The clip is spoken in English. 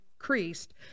increased